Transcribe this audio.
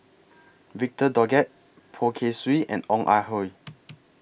Victor Doggett Poh Kay Swee and Ong Ah Hoi